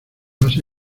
base